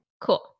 cool